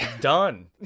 Done